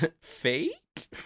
fate